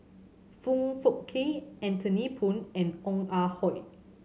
Foong Fook Kay Anthony Poon and Ong Ah Hoi